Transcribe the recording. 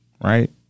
Right